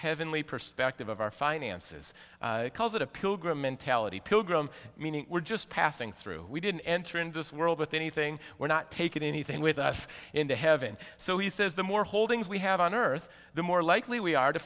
heavenly perspective of our finances calls it a pilgrim mentality pilgrim meaning we're just passing through we didn't enter into this world with anything we're not taking anything with us into heaven so he says the more holdings we have on earth the more likely we are to